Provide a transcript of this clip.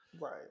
right